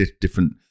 different